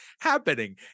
happening